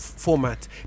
format